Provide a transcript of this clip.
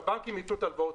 שהבנקים יתנו הלוואות.